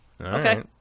okay